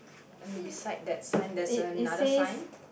and beside that sign there's another sign